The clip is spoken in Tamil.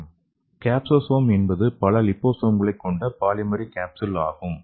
ஸ்லைடு நேரத்தைப் பார்க்கவும் 1130 கேப்சோசோம் என்பது பல லிபோசோம்களைக் கொண்ட பாலிமெரிக் காப்ஸ்யூல் ஆகும்